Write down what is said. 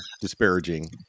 disparaging